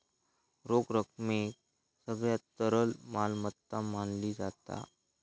रोख रकमेक सगळ्यात तरल मालमत्ता मानली जाता